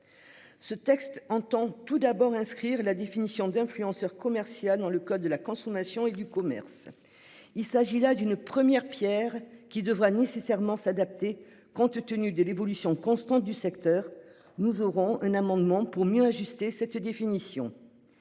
Ce texte entend tout d'abord inscrire la définition d'influenceurs commercial dans le code de la consommation et du commerce. Il s'agit là d'une première Pierre qui devra nécessairement s'adapter. Compte tenu de l'évolution constante du secteur. Nous aurons un amendement pour mieux ajuster cette définition.